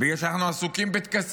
וזה בגלל שאנחנו עסוקים בטקסים